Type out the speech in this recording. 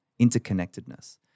interconnectedness